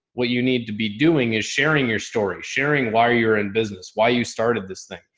what you need to be doing is sharing your story, sharing why you're in business, why you started this thing.